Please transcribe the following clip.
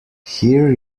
here